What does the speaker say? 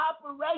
operation